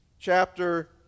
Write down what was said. chapter